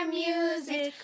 music